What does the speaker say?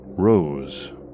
rose